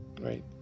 right